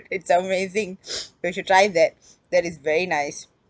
it's amazing you should try that that is very nice